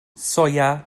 soia